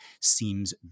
seems